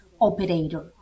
operator